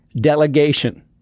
delegation